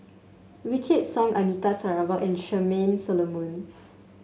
Wykidd Song Anita Sarawak and Charmaine Solomon